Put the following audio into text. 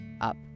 up